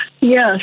Yes